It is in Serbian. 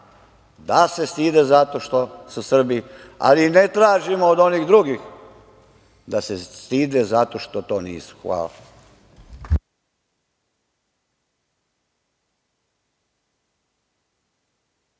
da se stide zato što su Srbi, ali i ne tražimo od onih drugih da se stide zato što to nisu. Hvala.